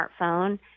smartphone